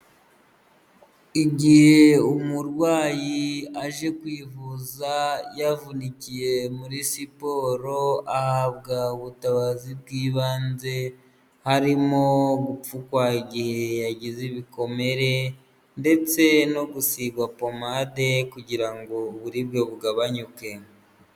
Igihe umurwayi aje kwivuza yavunikiye muri siporo, ahabwa ubutabazi bw'ibanze, harimo gupfukwa igihe yagize ibikomere, ndetse no gusigwa pomade, kugira ngo uburibwe bugabanyuke.